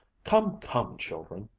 come, come, children!